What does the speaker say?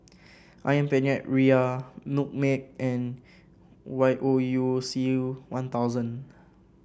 ayam Penyet Ria Milkmaid and Y O U C One Thousand